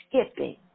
skipping